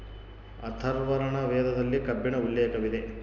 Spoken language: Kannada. ಅಥರ್ವರ್ಣ ವೇದದಲ್ಲಿ ಕಬ್ಬಿಣ ಉಲ್ಲೇಖವಿದೆ